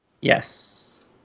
Yes